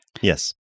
Yes